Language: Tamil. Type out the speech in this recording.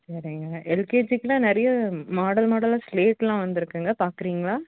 சரிங்க எல்கேஜிக்கெல்லாம் நிறைய மாடல் மாடலாக ஸ்லேட்டெலாம் வந்திருக்குங்க பார்க்குறீங்களா